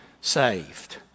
saved